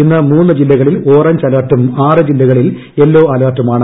ഇന്ന് മൂന്ന് ജില്ലകളിൽ ഓറഞ്ച് അലെർട്ടും ആറ് ജില്ലകളിൽ യെല്ലോ അലർട്ടുമാണ്